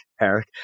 Eric